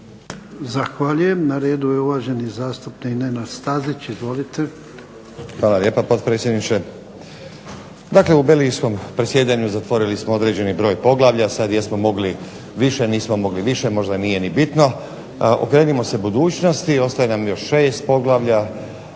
Zahvaljujem. Na redu je uvaženi zastupnik Nenad Stazić. Izvolite. **Stazić, Nenad (SDP)** Hvala lijepa, potpredsjedniče. Dakle, u belgijskom predsjedanju zatvorili smo određeni broj poglavlja, sad jesmo mogli više, nismo mogli više možda nije ni bitno, okrenimo se budućnosti, ostaje nam još šest poglavlja